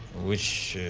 which